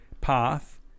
path